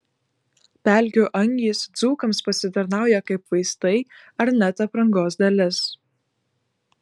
pelkių angys dzūkams pasitarnauja kaip vaistai ar net aprangos dalis